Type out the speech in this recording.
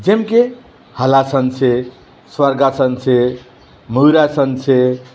જેમકે હલાસન છે સ્વર્ગાસન છે મયુરાસન છે